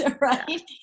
Right